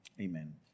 Amen